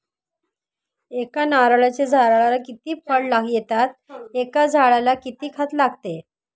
एका नारळाच्या झाडाला किती फळ येतात? एका झाडाला किती खत लागते?